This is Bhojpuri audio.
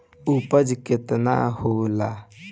उपज केतना होला?